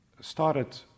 started